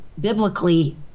biblically